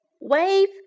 Wave